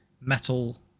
metal